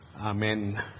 Amen